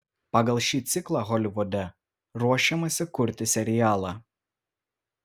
pagal šį ciklą holivude ruošiamasi kurti serialą